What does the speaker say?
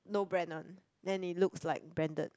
no brand [one] then it looks like branded